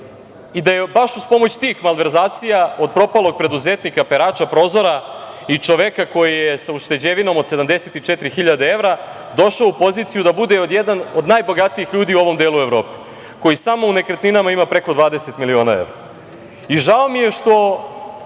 i da je uz pomoć tih malverzacija od propalog preduzetnika, perača prozora i čoveka koji je sa ušteđevinom od 74 hiljade evra došao u poziciju da bude jedan od najbogatijih ljudi u ovom delu Evrope koji samo u nekretninama ima preko 20 miliona evra. Žao mi je što